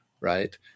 right